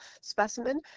specimen